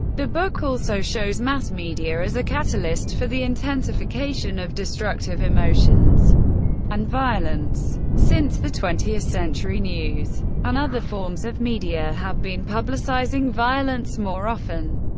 the book also shows mass media as a catalyst for the intensification of destructive emotions and violence. since the twentieth century, news and other forms of media have been publicizing violence more often.